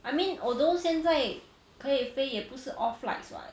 I mean although 现在可以飞也不是 all flights [what]